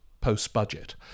post-budget